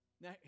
Now